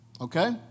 Okay